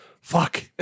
Fuck